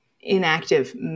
inactive